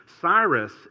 Cyrus